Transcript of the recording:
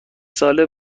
ساله